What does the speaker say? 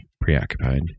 preoccupied